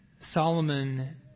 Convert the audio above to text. Solomon